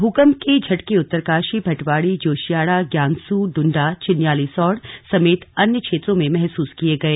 भूकंप के झटके उत्तरकाशी भटवाड़ी जोशियाड़ा ज्ञानसू डुंडा चिन्यालीसौड समेत अन्य क्षेत्रों में महसूस किए गए